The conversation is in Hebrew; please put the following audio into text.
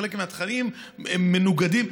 חלק מהתכנים מנוגדים,